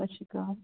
ਸਤਿ ਸ਼੍ਰੀ ਅਕਾਲ